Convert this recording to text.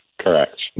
Correct